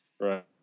Right